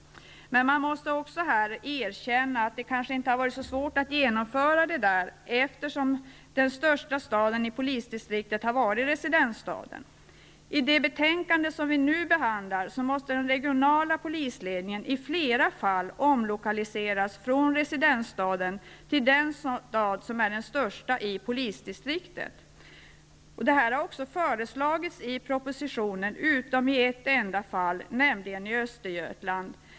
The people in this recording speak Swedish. Men man måste här erkänna att det kanske inte har varit så svårt att genomföra detta, eftersom den största staden i polisdistriktet har varit residensstaden. Av det betänkande vi nu behandlar framgår det att den regionala polisledningen i flera fall måste omlokaliseras från residensstaden till den stad som är den största i polisdistriktet. Det har också utom i ett enda fall föreslagits i propositionen, nämligen i Östergötland.